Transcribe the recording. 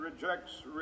rejects